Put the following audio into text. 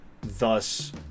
Thus